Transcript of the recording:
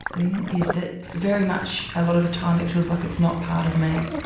lynne, is that very much, a lot of the time it feels like it's not part of me.